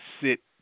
sit